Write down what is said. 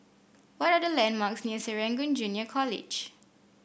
what are the landmarks near Serangoon Junior College